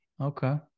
Okay